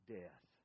death